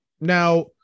now